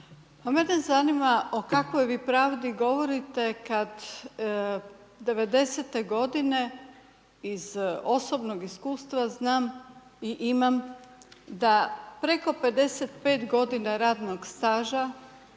Pa mene zanima o kakvoj vi pravdi govorite kad 90-te godine iz osobnog iskustva znam i imam da preko 55 g. radnog staža